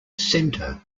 centre